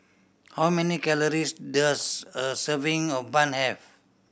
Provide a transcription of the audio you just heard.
how many calories does a serving of bun have